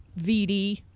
vd